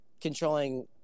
controlling